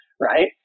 right